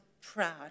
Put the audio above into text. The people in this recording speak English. proud